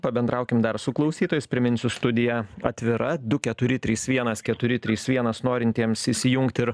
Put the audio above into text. pabendraukim dar su klausytojais priminsiu studija atvira du keturi trys vienas keturi trys vienas norintiems įsijungti ir